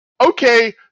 Okay